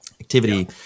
activity